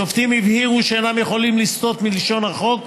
השופטים הבהירו שאינם יכולים לסטות מלשון החוק.